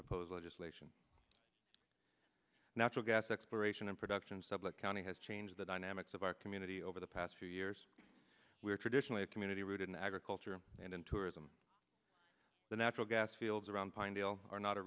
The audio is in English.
proposed legislation natural gas exploration and production sublette county has changed the dynamics of our community over the past two years we are traditionally a community rooted in agriculture and in tourism the natural gas fields around pinedale are not a